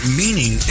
meaning